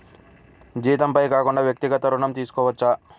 జీతంపై కాకుండా వ్యక్తిగత ఋణం తీసుకోవచ్చా?